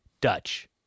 Dutch